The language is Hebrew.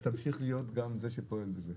אז תמשיך להיות גם זה שפועל בזה.